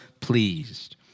pleased